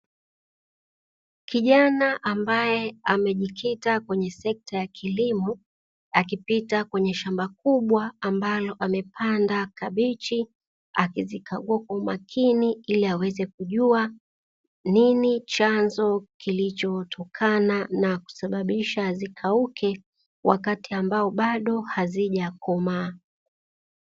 Kijana ambaye amejikita kwenye sekta ya kilimo akipita kwenye shamba kubwa ambalo amepanda kabichi, akizikagua kwa umakini ili aweze kujua nini chanzo kilichotokana na kusababisha zikauke wakati ambao bado hazijakomaa.